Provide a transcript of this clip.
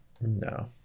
No